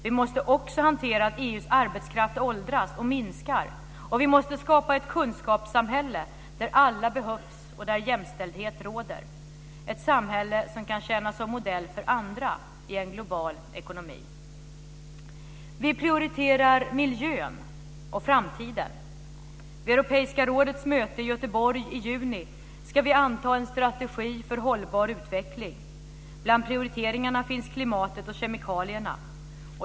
Vi måste också hantera att EU:s arbetskraft åldras och minskar, och vi måste skapa ett kunskapssamhälle där alla behövs och där jämställdhet råder. Ett samhälle som kan tjäna som modell för andra i en global ekonomi. Vi prioriterar miljön - och framtiden. Vid Europeiska rådets möte i Göteborg i juni ska vi anta en strategi för hållbar utveckling. Bland prioriteringarna finns klimatet och kemikalierna.